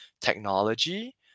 technology